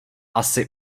asi